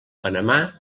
panamà